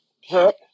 hit